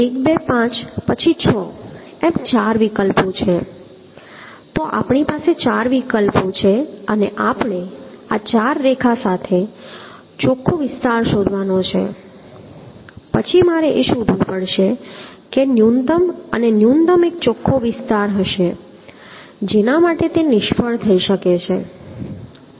તો 1 2 5 પછી 6 એમ ચાર વિકલ્પો છે તો આપણી પાસે ચાર વિકલ્પો છે અને આપણે આ 4 રેખા સાથે ચોખ્ખો વિસ્તાર શોધવાનો છે પછી મારે એ શોધવું પડશે કે ન્યૂનતમ અને ન્યૂનતમ એક ચોખ્ખો વિસ્તાર હશે જેના માટે તે નિષ્ફળ થઈ શકે છે